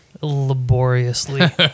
laboriously